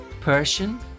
Persian